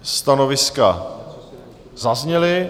Stanoviska zazněla.